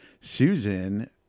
Susan